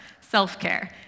self-care